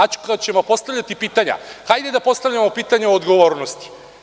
Ako ćemo postavljati pitanja, hajde da postavljamo pitanja o odgovornosti.